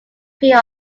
cream